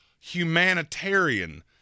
humanitarian